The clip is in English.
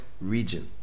region